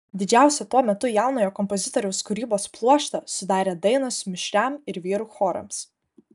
didžiausią tuo metu jaunojo kompozitoriaus kūrybos pluoštą sudarė dainos mišriam ir vyrų chorams